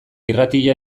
irratia